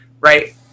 right